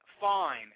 Fine